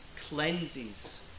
Cleanses